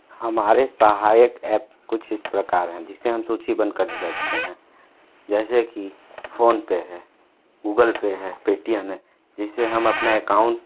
हमारे सहायक ऐप कुछ इस प्रकार हैं जिस से हम सूचीबद्ध कर सकते हैं जैसे कि फ़ोनपे है गूगलपे है पेटीएम है जिससे हम अपना एकाउंट